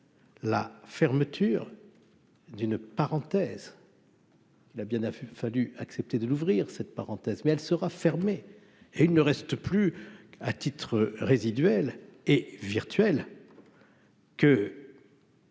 la fermeture d'une parenthèse. Il a bien a fallu accepter de l'ouvrir cette parenthèse mais elle sera fermée et il ne reste plus à titre résiduel et virtuel que.